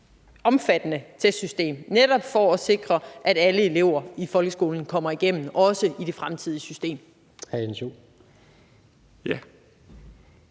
altomfattende testsystem, netop for at sikre, at alle elever i folkeskolen kommer igennem, også i det fremtidige system.